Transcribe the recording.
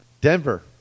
Denver